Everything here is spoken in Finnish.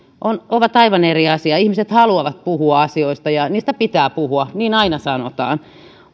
ovat aivan eri asioita ihmiset haluavat puhua asioista ja niistä pitää puhua niin aina sanotaan